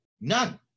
None